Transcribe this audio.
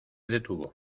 detuvo